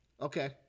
Okay